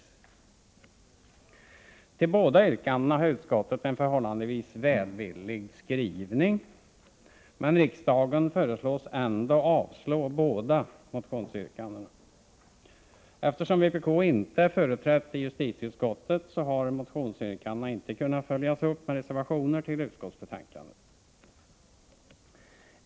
Till båda dessa motionsyrkanden har utskottet en förhållandevis välvillig skrivning, men riksdagen föreslås ändå avslå båda yrkandena. Eftersom vpk inte är företrätt i justitieutskottet har motionsyrkandena inte kunnat följas upp med reservationer till utskottsbetänkandet.